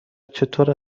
چطور